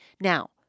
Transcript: Now